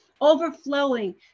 overflowing